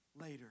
later